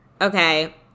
Okay